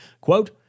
Quote